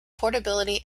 portability